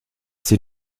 sie